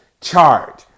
charge